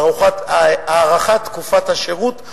הארכת תקופת השירות.